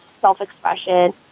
self-expression